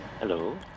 Hello